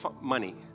Money